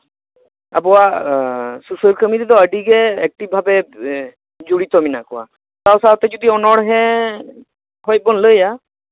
ᱟᱵᱚᱣᱟᱜ ᱥᱩᱥᱟᱹᱨ ᱠᱟᱹᱢᱤ ᱨᱮᱫᱚ ᱟᱹᱰᱤ ᱜᱮ ᱮᱠᱴᱤᱵᱷ ᱵᱷᱟᱵᱮ ᱡᱚᱲᱤᱛᱚ ᱢᱮᱱᱟᱜ ᱠᱚᱣᱟ ᱥᱟᱶᱼᱥᱟᱶᱛᱮ ᱡᱩᱫᱤ ᱚᱱᱚᱬᱦᱮᱸ ᱠᱷᱚᱱ ᱵᱚᱱ ᱞᱟᱹᱭᱟ